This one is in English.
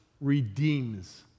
redeems